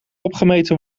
opgemeten